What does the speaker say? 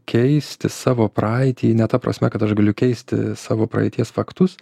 keisti savo praeitį ne ta prasme kad aš galiu keisti savo praeities faktus